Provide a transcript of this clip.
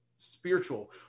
spiritual